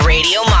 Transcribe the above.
Radio